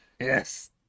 yes